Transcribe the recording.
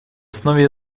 основе